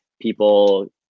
people